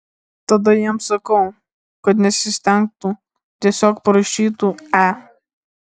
tada jiems sakau kad nesistengtų tiesiog parašytų e